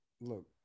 look